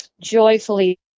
joyfully